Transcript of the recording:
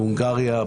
בהונגריה,